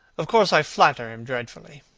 of course i flatter him dreadfully.